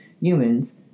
humans